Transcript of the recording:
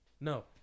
no